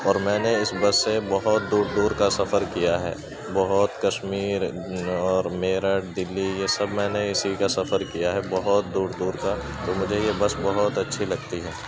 اور میں نے اس بس سے بہت دور دور کا سفر کیا ہے بہت کشمیر اور میرٹھ دلی یہ سب میں نے اسی کا سفر کیا ہے بہت دور دور کا تو مجھے یہ بس بہت اچھی لگتی ہے